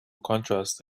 contrast